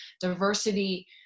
Diversity